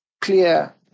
clear